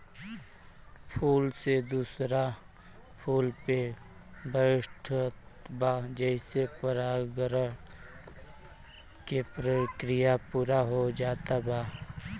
फूल से दूसरा फूल पे बैठत बा जेसे परागण के प्रक्रिया पूरा हो जात बा